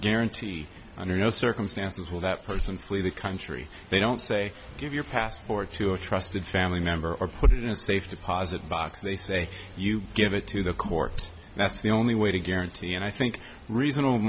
guarantee under no circumstances will that person flee the country they don't say give your passport to a trusted family member or put it in a safe deposit box they say you give it to the court that's the only way to guarantee and i think reasona